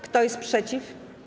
Kto jest przeciw?